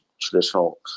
traditional